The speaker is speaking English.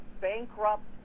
bankrupt